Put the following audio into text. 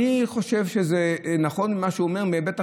אני חושב שזה נכון מה שהוא אומר מהיבט אחר,